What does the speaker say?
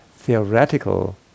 theoretical